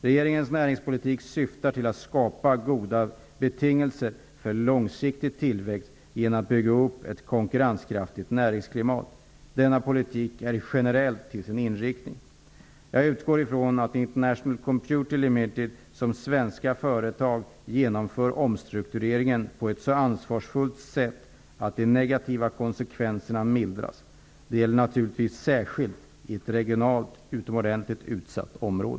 Regeringens näringspolitik syftar till att skapa goda betingelser för en långsiktig tillväxt genom att bygga upp ett konkurrenskraftigt näringsklimat. Denna politik är generell till sin inriktning. Jag utgår från att International Computer Limited som svenska företag genomför omstruktureringen på ett så ansvarsfullt sätt att de negativa konsekvenserna mildras. Detta gäller naturligtvis särskilt i ett regionalpolitiskt utsatt område.